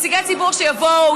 נציגי ציבור שיבואו,